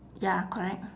ya correct